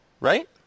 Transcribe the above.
Right